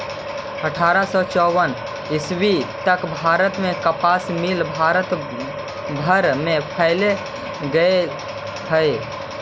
अट्ठारह सौ चौवन ईस्वी तक भारत में कपास मिल भारत भर में फैल गेले हलई